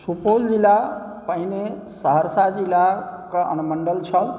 सुपौल जिला पहिने सहरसा जिलाके अनुमण्डल छल